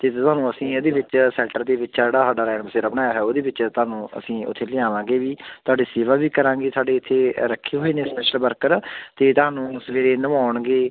ਅਤੇ ਤੁਹਾਨੂੰ ਅਸੀਂ ਇਹਦੇ ਵਿੱਚ ਸੈਂਟਰ ਦੇ ਵਿੱਚ ਜਿਹੜਾ ਸਾਡਾ ਰਹਿਣ ਬਸੇਰਾ ਬਣਾਇਆ ਹੋਇਆ ਉਹਦੇ ਵਿੱਚ ਤੁਹਾਨੂੰ ਅਸੀਂ ਉੱਥੇ ਲਿਆਵਾਂਗੇ ਵੀ ਤੁਹਾਡੀ ਸੇਵਾ ਵੀ ਕਰਾਂਗੇ ਸਾਡੇ ਇੱਥੇ ਰੱਖੇ ਹੋਏ ਨੇ ਸਪੈਸ਼ਲ ਵਰਕਰ ਅਤੇ ਤੁਹਾਨੂੰ ਸਵੇਰੇ ਨਵਾਉਣਗੇ